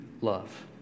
love